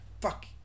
fuck